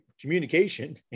communication